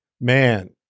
Man